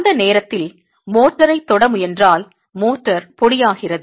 அந்த நேரத்தில் மோர்டாரைத் தொட முயன்றால் மோர்டார் பொடியாகிறது